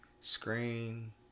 Screen